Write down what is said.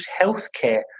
healthcare